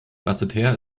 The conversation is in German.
basseterre